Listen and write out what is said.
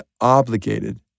obligated